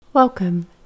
Welcome